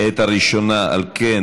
את מס' 2,